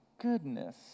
Goodness